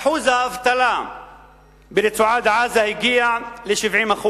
שיעור האבטלה ברצועת-עזה הגיע ל-70%.